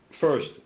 First